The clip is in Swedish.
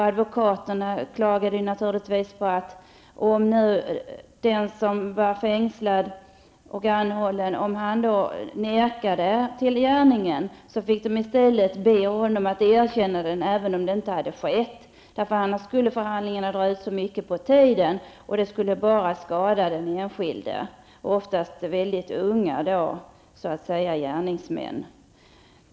Advokaterna klagade naturligtvis på att de, om den fängslade och anhållne nekade till gärningen, fick be honom att erkänna den, även om den inte hade skett. Annars skulle förhandlingarna dra ut så mycket på tiden och det skulle bara skada den enskilde, oftast mycket unga ''gärningsmän''.